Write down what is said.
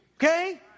Okay